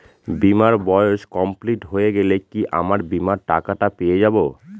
বীমার বয়স কমপ্লিট হয়ে গেলে কি আমার বীমার টাকা টা পেয়ে যাবো?